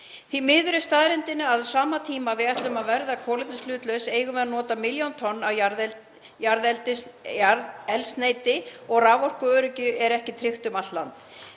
Því miður er staðreyndin sú að á sama tíma og við ætlum að verða kolefnishlutlaus erum við að nota milljón tonn af jarðefnaeldsneyti og raforkuöryggi er ekki tryggt um allt